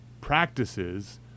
practices